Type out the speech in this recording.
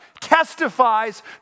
testifies